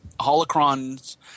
Holocron's